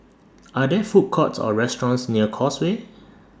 Are There Food Courts Or restaurants near Causeway